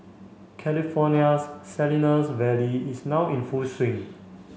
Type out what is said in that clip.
California's Salinas Valley is now in full swing